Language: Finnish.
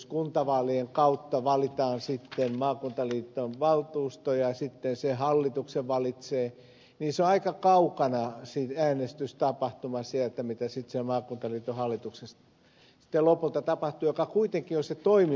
kun kuntavaalien kautta valitaan maakuntaliittoon valtuusto ja sitten se valitsee hallituksen niin äänestystapahtuma on aika kaukana siitä mitä sitten lopulta tapahtuu maakuntaliiton hallituksessa joka kuitenkin on se toimiva elin